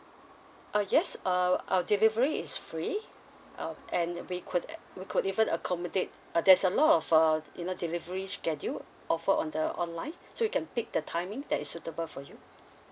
uh yes uh our delivery is free uh and we could we could even accommodate uh there's a lot of uh you know delivery schedule offer on the online so you can pick the timing that is suitable for you